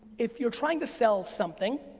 if you're trying to sell something,